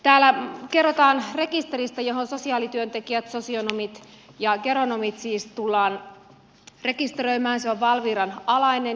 täällä kerrotaan rekisteristä johon sosiaalityöntekijät sosionomit ja geronomit siis tullaan rekisteröimään joka on valviran alainen